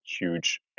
huge